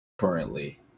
Currently